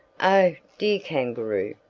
oh! dear kangaroo,